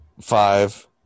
five